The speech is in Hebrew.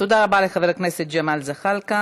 תודה רבה לחבר הכנסת ג'מאל זחאלקה.